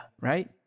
right